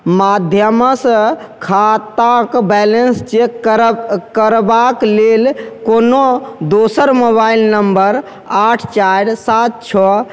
माध्यम सऽ खाताके बैलेंस चेक करबाके लेल कोनो दोसर मोबाइल नम्बर आठ चारि सात छओ